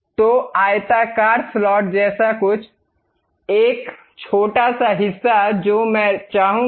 तो आयताकार स्लॉट जैसा कुछ एक छोटा सा हिस्सा जो मैं चाहूंगा